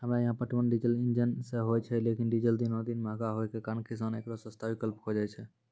हमरा यहाँ पटवन डीजल इंजन से होय छैय लेकिन डीजल दिनों दिन महंगा होय के कारण किसान एकरो सस्ता विकल्प खोजे छैय?